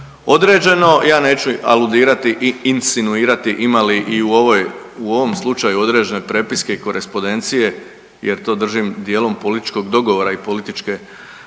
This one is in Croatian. određeno. Ja neću aludirati i insinuirati ima li i u ovom slučaju određene prepiske i korespondencije jer to držim dijelom političkog dogovara i političke odluke,